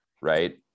right